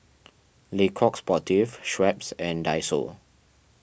Le Coq Sportif Schweppes and Daiso